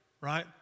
right